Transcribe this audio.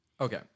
Okay